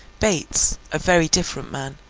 bates, a very different man,